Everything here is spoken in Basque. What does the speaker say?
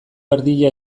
erdia